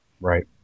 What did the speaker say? Right